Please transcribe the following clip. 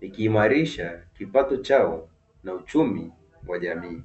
ikiimarisha kipato chao na uchumi wa jamii.